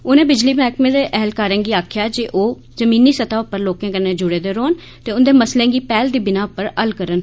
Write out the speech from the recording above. उनें बिजली मैह्कमे दे ऐह्लकारें गी आोआ जे ओह् जमीनी सतह पर लोकें कन्नै जुड़े दे रौह्न ते उंदे मसलें गी पैह्ल दी बिनाह् पर हल करन